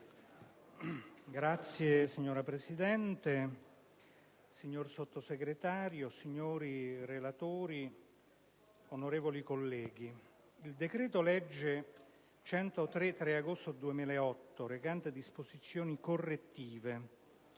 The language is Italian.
*(IdV)*. Signora Presidente, signor Sottosegretario, signori relatori, onorevoli colleghi, il decreto-legge 3 agosto 2009, n. 103, recante disposizioni correttive